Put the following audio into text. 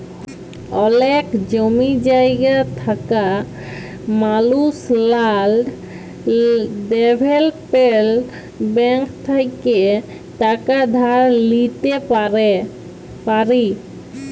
অলেক জমি জায়গা থাকা মালুস ল্যাল্ড ডেভেলপ্মেল্ট ব্যাংক থ্যাইকে টাকা ধার লিইতে পারি